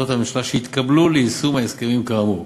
הממשלה שהתקבלו ליישום ההסכמים כאמור